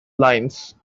lines